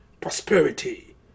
prosperity